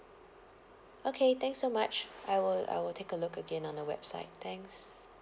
okay thanks so much I will I will take a look again on the website thanks